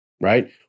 right